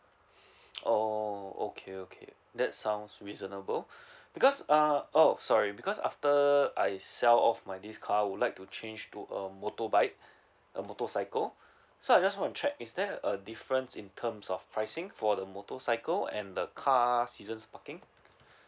oh okay okay that sounds reasonable because um oh sorry because after I sell off my this car I would like to change to a motorbike a motorcycle so I just want to check is there a difference in terms of pricing for the motorcycle and the car seasons parking